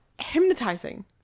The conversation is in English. hypnotizing